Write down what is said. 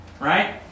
right